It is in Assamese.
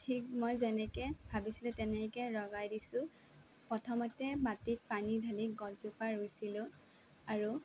ঠিক মই যেনেকে ভাবিছিলোঁ তেনেকে লগাই দিছোঁ প্ৰথমতে মাটিত পানী ঢালি গছজোপা ৰুইছিলোঁ আৰু